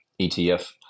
ETF